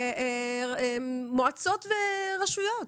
במועצות ורשויות.